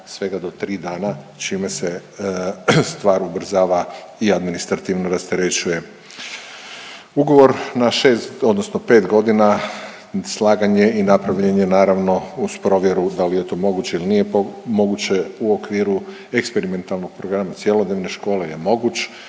svega do 3 dana čime se stvar ubrzava i administrativno rasterećuje. Ugovor na 6 odnosno 5 godina slagan je i napravljen je naravno uz provjeru da li je to moguće ili nije moguće u okviru eksperimentalnog programa cjelodnevne škole je moguć,